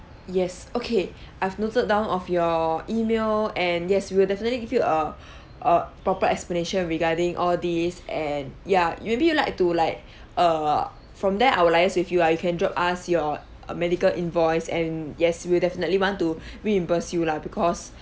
yes okay I've noted down of your email and yes we'll definitely give you a a proper explanations regarding all these and ya you maybe you like to like err from there I will liase with you lah you can drop us your uh medical invoice and yes we'll definitely want to reimburse you lah because